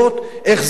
איך זה נראה.